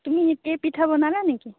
তুমি এতিয়াই পিঠা বনালা নেকি